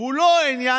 הוא לא עניין